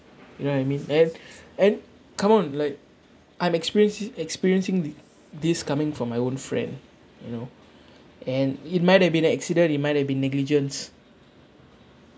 you know what I mean and and come on like I'm experiencing experiencing th~ this coming from my own friend you know and it might have been a accident it might have been negligent